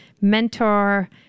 mentor